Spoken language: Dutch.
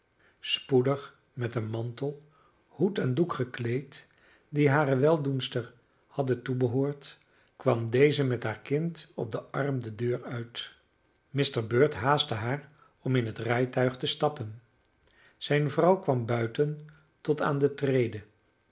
spoedig met een mantel hoed en doek gekleed die hare weldoenster hadden toebehoord kwam deze met haar kind op den arm de deur uit mr bird haastte haar om in het rijtuig te stappen zijn vrouw kwam buiten tot aan de trede